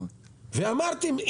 ואמרתם,